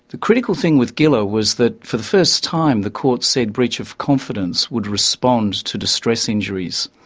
the critical thing with gillar was that for the first time the courts said breach of confidence would respond to distress injuries.